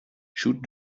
should